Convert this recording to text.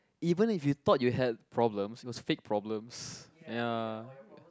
even if you thought you have problems must fix problems ya